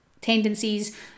tendencies